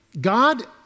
God